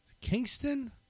Kingston